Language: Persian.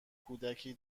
کودکی